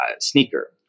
sneaker